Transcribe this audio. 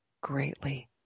greatly